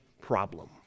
problem